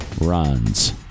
runs